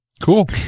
Cool